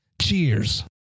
Cheers